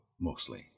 mostly